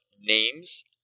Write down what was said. names